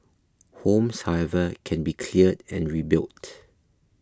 homes however can be cleared and rebuilt